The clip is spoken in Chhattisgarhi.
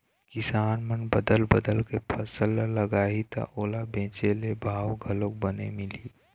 किसान मन बदल बदल के फसल ल लगाही त ओला बेचे ले भाव घलोक बने मिलही